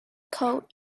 coat